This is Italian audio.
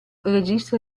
registra